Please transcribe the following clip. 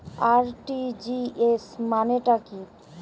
RTGS মানে টা কি?